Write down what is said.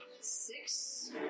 six